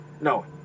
no